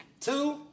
Two